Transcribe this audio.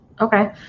Okay